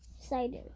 Cider